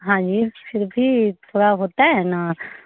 हाँ जी फिर भी थोड़ा होता है ना